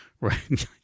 right